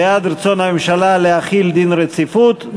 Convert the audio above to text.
בעד רצון הממשלה להחיל דין רציפות,